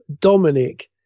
Dominic